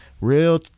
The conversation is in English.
Real